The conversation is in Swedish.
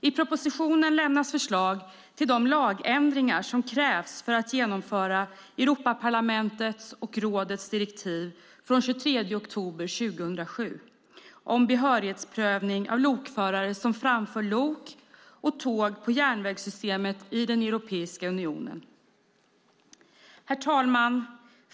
I propositionen lämnas förslag till de lagändringar som krävs för att genomföra Europaparlamentets och rådets direktiv från den 23 oktober 2007 om behörighetsprövning av lokförare som framför lok och tåg på järnvägssystemet i Europeiska unionen. Herr talman!